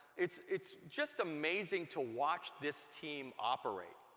it's it's just amazing to watch this team operate.